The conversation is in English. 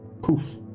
poof